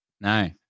No